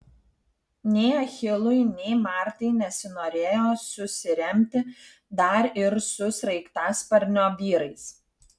nei achilui nei martai nesinorėjo susiremti dar ir su sraigtasparnio vyrais